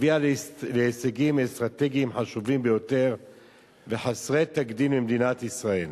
הביאה להישגים אסטרטגיים חשובים ביותר וחסרי תקדים למדינת ישראל.